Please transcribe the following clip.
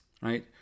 right